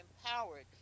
empowered